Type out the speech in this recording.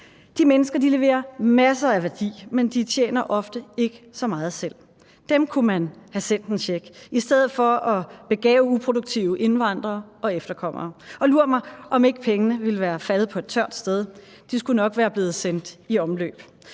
De mennesker leverer masser af værdi, men de tjener ofte ikke så meget selv. Dem kunne man have sendt en check, i stedet for at begave uproduktive indvandrere og efterkommere, og lur mig, om ikke pengene ville være faldet på et tørt sted; de skulle nok være blevet sendt i omløb.